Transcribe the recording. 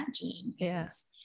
yes